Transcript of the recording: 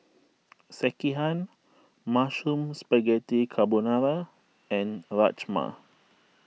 Sekihan Mushroom Spaghetti Carbonara and Rajma